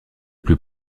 plus